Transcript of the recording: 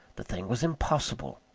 the thing was impossible.